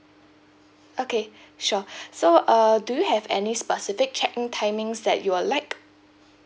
okay sure so uh do you have any specific check-in timings that you would like